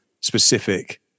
specific